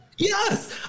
Yes